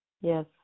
Yes